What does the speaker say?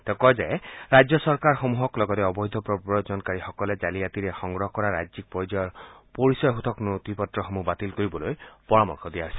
তেওঁ কয় যে ৰাজ্য চৰকাৰসমূহক লগতে অবৈধ প্ৰৱজনকাৰীসকলে জালিয়াতিৰে সংগ্ৰহ কৰা ৰাজ্যিক পৰ্যায়ৰ পৰিচয়সূচক নথি পত্ৰসমূহ বাতিল কৰিবলৈ পৰামৰ্শ দিয়া হৈছে